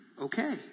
Okay